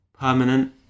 Permanent